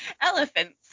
elephants